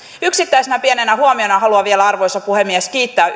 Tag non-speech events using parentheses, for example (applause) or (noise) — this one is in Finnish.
yksittäisenä pienenä asiana haluan myös vielä arvoisa puhemies kiittää (unintelligible)